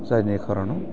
जायनि खारनाव